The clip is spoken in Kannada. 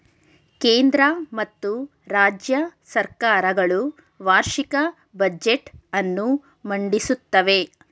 ಕೇಂದ್ರ ಮತ್ತು ರಾಜ್ಯ ಸರ್ಕಾರ ಗಳು ವಾರ್ಷಿಕ ಬಜೆಟ್ ಅನ್ನು ಮಂಡಿಸುತ್ತವೆ